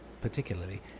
particularly